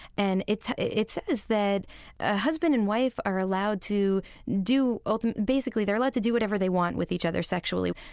and it's it says that a husband and wife are allowed to do ah basically, they're allowed to do whatever they want with each other sexually.